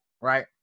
right